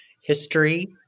history